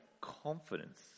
confidence